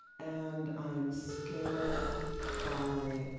and i'm scared by